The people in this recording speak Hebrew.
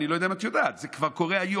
אני לא יודע אם את יודעת שזה כבר קורה היום.